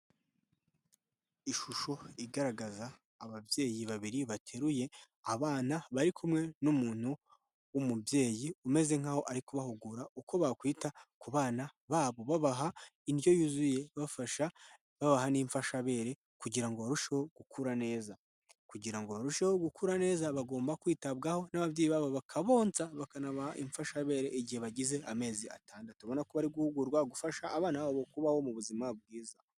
Ishusho igaragaza ababyeyi babiri bateruye abana, bari kumwe n'umuntu w'umubyeyi umeze nk'aho ari kubahugura uko bakwita ku bana babo, babaha indyo yuzuye ibafasha, babaha n'imfashabere kugira ngo barusheho gukura neza, kugira ngo barusheho gukura neza bagomba kwitabwaho n'ababyeyi babo bakabonnsa, bakanabaha imfashabere igihe bagize amezi atandatu babona ko bari guhugurwa gufasha abana babo kubaho mu buzima bwiza.